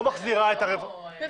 לא מחזירה את הרווח --- היא חברה פרטית.